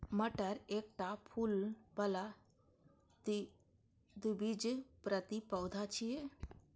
मटर एकटा फूल बला द्विबीजपत्री पौधा छियै